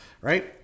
right